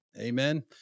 Amen